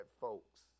folks